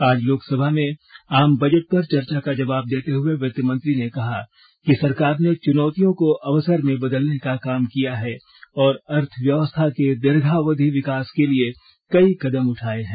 आज लोकसभा में आम बजट पर चर्चा का जवाब देते हुए वित्तमंत्री ने कहा कि सरकार ने चुनौतियों को अवसर में बदलने का काम किया है और अर्थव्यवस्था के दीर्घावधि विकास के लिए कई कदम उठाए हैं